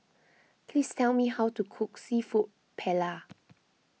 please tell me how to cook Seafood Paella